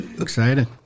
Excited